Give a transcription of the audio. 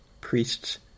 priests